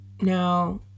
Now